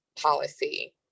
policy